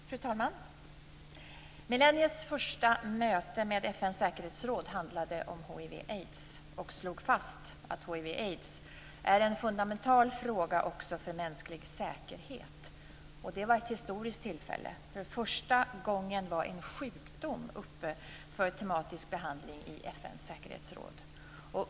Fru talman! Millenniets första möte med FN:s säkerhetsråd handlade om hiv och aids, och det slog fast att hiv och aids är en fundamental fråga också för mänsklig säkerhet. Det var ett historiskt tillfälle. För första gången var en sjukdom uppe för tematisk behandling i FN:s säkerhetsråd.